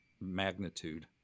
magnitude